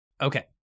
Okay